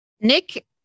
Nick